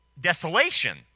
desolation